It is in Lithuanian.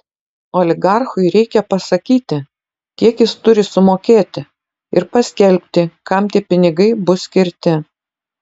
oligarchui reikia pasakyti kiek jis turi sumokėti ir paskelbti kam tie pinigai bus skirti